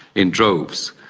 in droves.